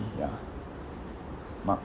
ya mark